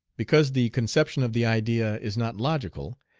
because the conception of the idea is not logical.